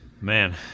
man